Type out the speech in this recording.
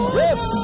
yes